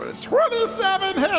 ah twenty seven